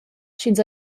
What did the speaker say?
sch’ins